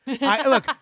Look